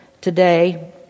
today